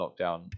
lockdown